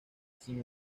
sin